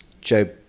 Joe